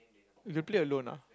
you play alone ah